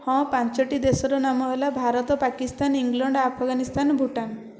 ହଁ ପାଞ୍ଚଟି ଦେଶର ନାମ ହେଲା ଭାରତ ପାକିସ୍ତାନ ଇଂଲଣ୍ଡ ଆଫଗାନିସ୍ତାନ ଭୁଟାନ